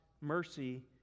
mercy